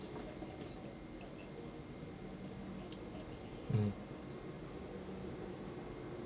mm